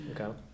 okay